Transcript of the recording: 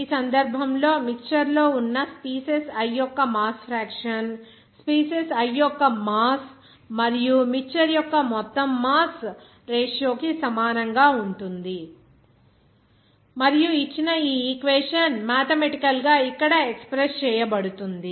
ఈ సందర్భంలో మిక్చర్ లో ఉన్న స్పీసీస్ i యొక్క మాస్ ఫ్రాక్షన్ స్పీసీస్ i యొక్క మాస్ మరియు మిక్చర్ యొక్క మొత్తం మాస్ రేషియో కి సమానంగా ఉంటుంది మరియు ఇచ్చిన ఈ ఈక్వేషన్ మాథెమెటికల్ గా ఇక్కడ ఎక్స్ప్రెస్ చేయబడుతుంది